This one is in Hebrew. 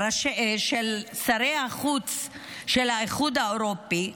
של שרי החוץ של האיחוד האירופי,